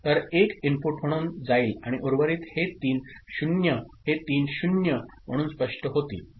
तर 1 इनपुट म्हणून जाईल आणि उर्वरित हे तीन 0s हे तीन 0s म्हणून स्पष्ट होतील